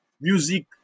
Music